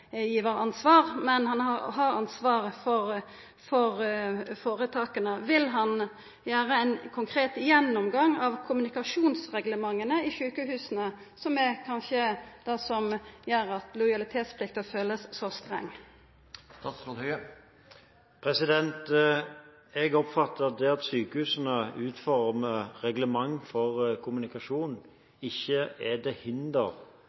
men han har ansvar for føretaka. Vil han ha ein konkret gjennomgang av kommunikasjonsreglementa i sjukehusa, som kanskje er det som gjer at lojalitetsplikta kjennest så streng? Jeg oppfatter det slik at det at sykehusene utformer reglement for kommunikasjon, ikke er til hinder for de ansattes ytringsfrihet. Tvert imot, det